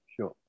Sure